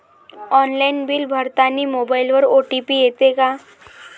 Online bill भरतानी मोबाईलवर OTP येते का?